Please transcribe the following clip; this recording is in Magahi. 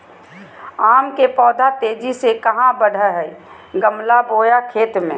आम के पौधा तेजी से कहा बढ़य हैय गमला बोया खेत मे?